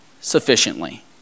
sufficiently